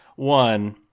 One